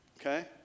Okay